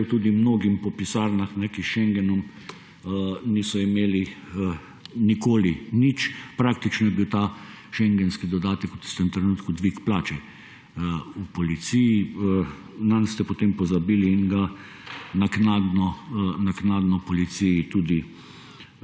šel tudi mnogim po pisarnah, ki s šengnom niso imeli nikoli nič. Praktično je bil ta šengenski dodatek v tistem trenutku dvig plače v policiji, nanj ste potem pozabili in ga naknadno policiji tudi